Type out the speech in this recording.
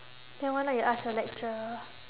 then why not you ask your lecturer